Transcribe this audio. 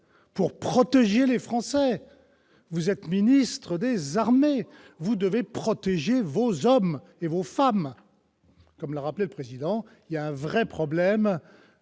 pour protéger les Français. Vous êtes ministre des armées, vous devez protéger vos hommes et vos femmes. Comme l'a rappelé le président de la commission, il y a un vrai problème